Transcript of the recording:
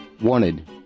wanted